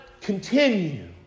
continue